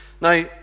Now